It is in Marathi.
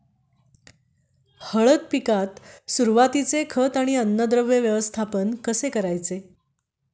हळद पिकात सुरुवातीचे खत व अन्नद्रव्य व्यवस्थापन कसे करायचे?